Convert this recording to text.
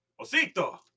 Osito